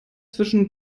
zwischen